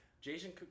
Jason